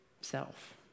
self